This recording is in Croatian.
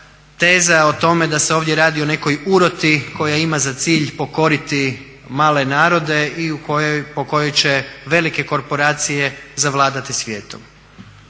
teza o tome da se ovdje radi o nekoj uroti koja ima za cilj pokoriti male narode i po kojoj će velike korporacije zavladati svijetom.